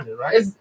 right